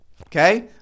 okay